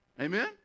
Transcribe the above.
Amen